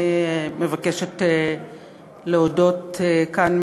אני מבקשת להודות כאן,